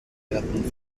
werten